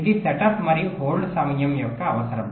ఇది సెటప్ మరియు హోల్డ్ సమయం యొక్క అవసరం